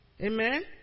Amen